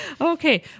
Okay